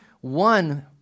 one